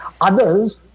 others